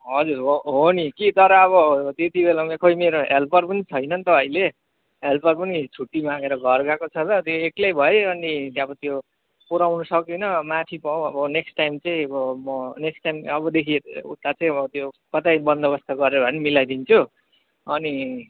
हजुर हो हो नि कि तर अब त्यति बेला र खोइ अब मेरो हेल्पर पनि छैन नि त अहिले हेल्पर पनि छुट्टी मागेर घर गाको छ त त्यो एक्लै भए अनि अबो त्यो पुऱ्याउन सकिनँ माफी पाउँ अबो नेक्स्ट टाइमचैँ आबो मो नेक्स्ट टाइम अबोदेखि उताचैँ मो त्यो कतै बन्दबस्त गरेर भा पनि मिलाइदिन्चु अनि